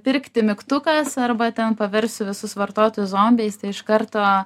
pirkti mygtukas arba ten paversiu visus vartotojus zombiais tai iš karto